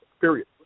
Period